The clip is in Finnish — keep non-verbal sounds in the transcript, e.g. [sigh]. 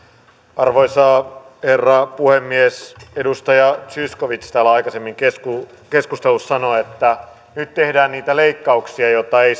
arvoisa herra puhemies edustaja zyskowicz täällä aikaisemmin keskustelussa sanoi että nyt tehdään niitä leikkauksia joita ei [unintelligible]